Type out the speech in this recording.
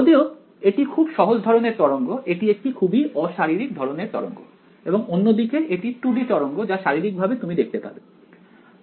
যদিও এটি খুব সহজ ধরনের তরঙ্গ এটি একটি খুবই অপ্রাকৃতিক ধরনের তরঙ্গ এবং অন্যদিকে এটি 2 D তরঙ্গ যা শারীরিকভাবে তুমি দেখতে পাবে